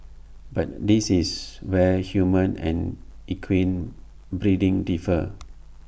but this is where human and equine breeding differ